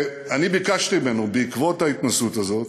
אני ביקשתי ממנו בעקבות ההתנסות הזאת,